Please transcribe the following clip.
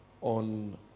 On